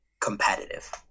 competitive